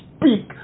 speak